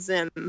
Zim